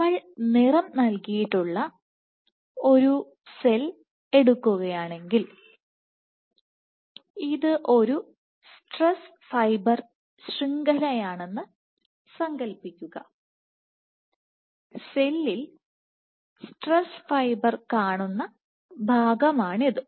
നമ്മൾ നിറം നൽകിയിട്ടുള്ള ഒരു സെൽ എടുക്കുകയാണെങ്കിൽ ഇത് ഒരു സ്ട്രെസ് ഫൈബർ ശൃംഖലയാണെന്ന് സങ്കൽപ്പിക്കുക സെല്ലിൽ സ്ട്രെസ് ഫൈബർ കാണുന്ന ഭാഗമാണിത്